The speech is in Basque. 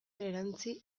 erantsi